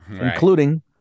including